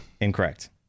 incorrect